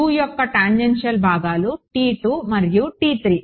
U యొక్క tangential భాగాలు మరియు ఇవి